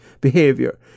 behavior